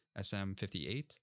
SM58